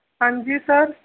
ਹਾਂਜੀ ਸਰ